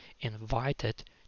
invited